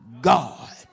God